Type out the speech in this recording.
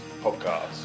podcast